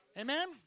Amen